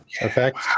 effect